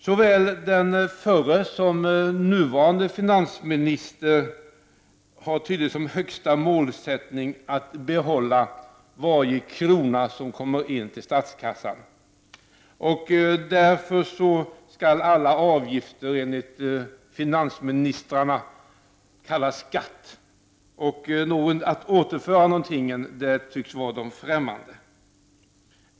Såväl den förre som den nuvarande finansministern har tydligen som högsta målsättning att behålla varje krona som kommer in till statskassan. Därför skall alla avgifter enligt finansministrarna kallas skatt. Att återföra någonting tycks vara dem främmande.